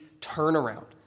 turnaround